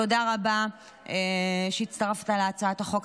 תודה רבה שהצטרפת להצעת החוק,